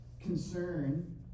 concern